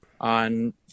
on